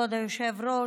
כבוד היושב-ראש,